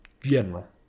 general